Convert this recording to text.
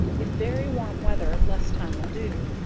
if very warm weather less time will do,